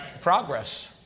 progress